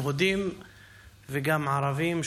יהודים וגם ערבים,